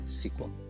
sequel